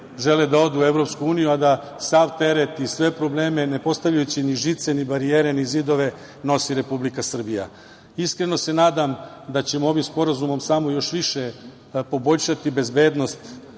žele da odu u Evropsku uniju, a da sav teret i sve probleme, ne postavljajući ni žice ni barijere ni zidove, nosi Republika Srbija. Iskreno se nadam da ćemo ovim sporazumom samo još više poboljšati bezbednost